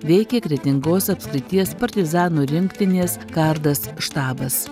veikė kretingos apskrities partizanų rinktinės kardas štabas